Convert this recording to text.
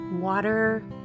water